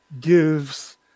gives